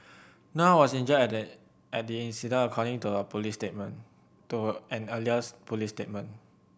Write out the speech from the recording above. no one was injured at the at the incident according to a police statement to a earliest police statement